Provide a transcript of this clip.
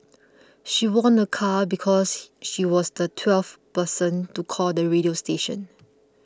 she won a car because she was the twelfth person to call the radio station